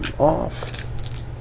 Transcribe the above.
off